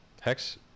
Hex